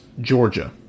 Georgia